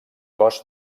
cos